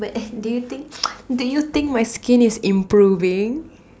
but do you think do you think my skin is improving